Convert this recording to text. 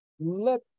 let